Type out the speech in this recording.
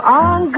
on